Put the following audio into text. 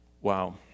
Wow